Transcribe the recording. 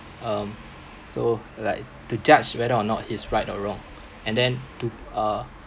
um so like to judge whether or not he's right or wrong and then to uh